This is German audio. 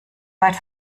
weit